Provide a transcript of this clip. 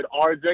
RJ